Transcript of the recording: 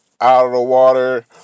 out-of-the-water